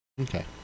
Okay